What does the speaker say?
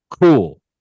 cool